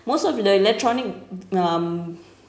most of the electronic um